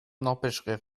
n’empêcherait